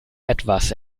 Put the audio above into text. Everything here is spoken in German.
etwas